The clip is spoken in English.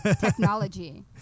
Technology